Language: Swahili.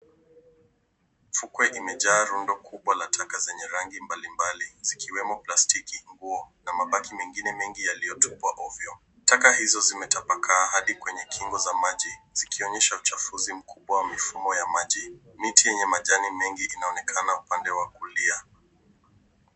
Mifuko imejaa rundo kubwa la taka zenye rangi mbalimbali zikiwemo plastiki, nguo na mabaki mengine mengi yaliyotupwa ovyo. Taka hizo zimetapakaa hadi kwenye kingo za maji zikionyesha uchafuzi mkubwa wa mifumo ya maji. Miti yenye majani mengi inaonekana upande wa kulia.